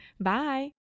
Bye